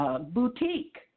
Boutique